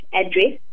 address